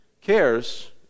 cares